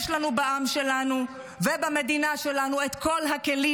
יש לנו בעם שלנו ובמדינה שלנו את כל הכלים